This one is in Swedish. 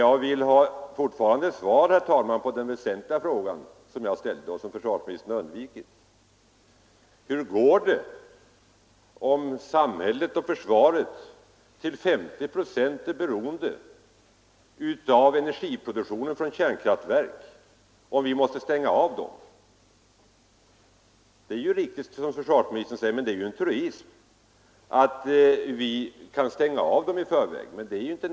Jag vill fortfarande ha svar, herr talman, på den väsentliga fråga som jag ställde och som försvarsministern har undvikit: Hur går det om samhället och försvaret till 50 procent är beroende av energiproduktionen från kärnkraftverk, om vi måste stänga av dem? Det är riktigt som försvarsministern säger att vi kan stänga av dem i förväg, men det är ju en truism.